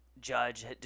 judge